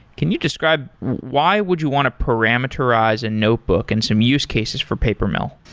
can you describe why would you want to parameterize a notebook and some use cases for papermill?